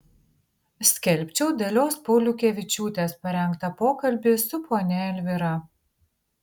skelbčiau dalios pauliukevičiūtės parengtą pokalbį su ponia elvyra